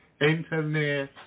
internet